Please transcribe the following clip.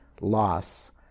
loss